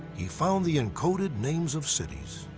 he found the encoded names of cities.